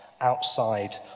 outside